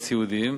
להיות סיעודיים,